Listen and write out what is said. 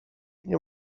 nie